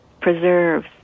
preserves